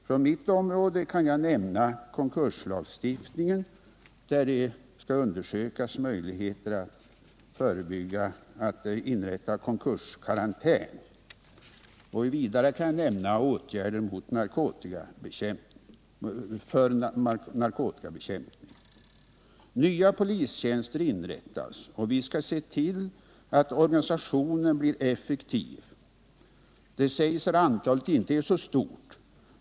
Från mitt område kan jag nämna konkurslagstiftningen, där man skall undersöka möjligheterna att inrätta konkurskarantän. Vidare kan jag nämna åtgärder för narkotikabekämpning. Nya polistjänster inrättas, och vi skall se till att organisationen blir effektiv. Det sägs att antalet inte är så stort.